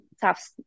tough